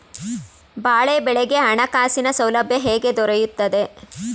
ಬಾಳೆ ಬೆಳೆಗೆ ಹಣಕಾಸಿನ ಸೌಲಭ್ಯ ಹೇಗೆ ದೊರೆಯುತ್ತದೆ?